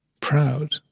proud